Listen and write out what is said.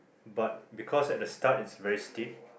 but because at the start it's very steep